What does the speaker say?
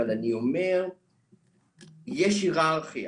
אבל אני אומר שיש היררכיה